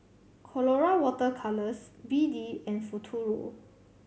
Colora Water Colours B D and Futuro